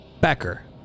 Becker